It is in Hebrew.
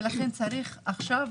ולכן צריך עכשיו